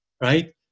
right